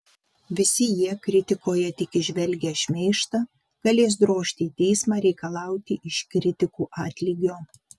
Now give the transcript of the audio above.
visi jie kritikoje tik įžvelgę šmeižtą galės drožti į teismą reikalauti iš kritikų atlygio